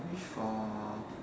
wish for